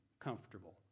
comfortable